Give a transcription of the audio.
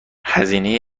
هزینه